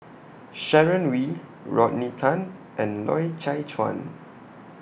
Sharon Wee Rodney Tan and Loy Chye Chuan